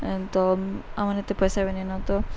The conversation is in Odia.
ଏ ତ ଆମର ଏତେ ପଇସା ବି ନିଁନ ତ